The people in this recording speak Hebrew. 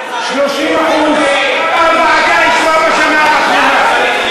30%. כמה הוועדה ישבה בשנה האחרונה?